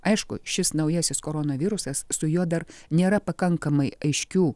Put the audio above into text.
aišku šis naujasis koronavirusas su juo dar nėra pakankamai aiškių